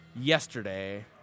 yesterday